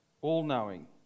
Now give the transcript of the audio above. all-knowing